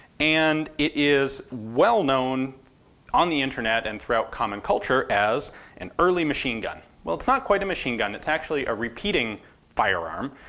and it is well known on the internet and throughout common culture as an early machine gun. well, it's not quite a machine gun, it's actually a repeating firearm.